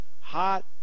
hot